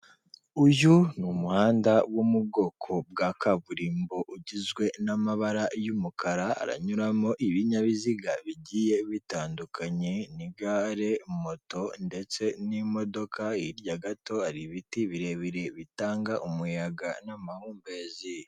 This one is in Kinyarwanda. Uyu ni umuhanda wo mu bwoko bwa kaburimbo ugizwe n'amabara y'umukara, haranyuramo ibinyabiziga bigiye bitandukanye nk'igare, moto ndetse n'imodoka, hirya gato hari ibiti birebire bitanga umuyaga n'amahumbezi.